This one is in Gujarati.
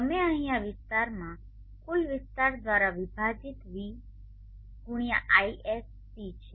તમે અહીં આ વિસ્તારમાં કુલ વિસ્તાર દ્વારા વિભાજીત V∞ ગુણ્યા Isc છે